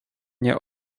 nie